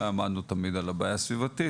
עמדנו תמיד על הבעיה הסביבתית,